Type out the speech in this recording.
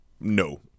no